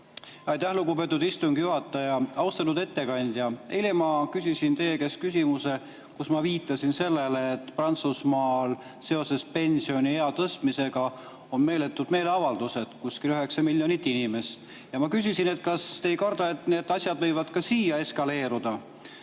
Aitäh, lugupeetud istungi juhataja! Austatud ettekandja! Eile ma küsisin teie käest küsimuse, kus ma viitasin sellele, et Prantsusmaal on seoses pensioniea tõstmisega meeletud meeleavaldused. Kuskil 9 miljonit inimest. Ja ma küsisin, kas te ei karda, et need asjad võivad ka siia eskaleeruda.